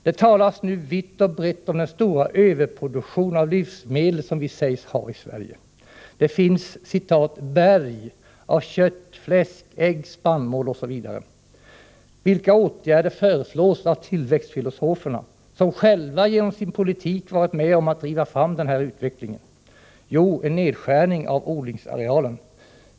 Det talas nu vitt och brett om den stora överproduktion av livsmedel som vi lär ha i Sverige. Det finns ”berg” av kött, fläsk, ägg, spannmål osv. Vilka åtgärder föreslås av tillväxtfilosoferna, som själva genom sin politik varit med om att driva fram denna utveckling? Jo, en nedskärning av odlingsarealen.